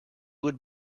would